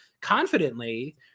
confidently